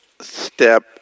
step